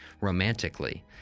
romantically